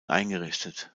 eingerichtet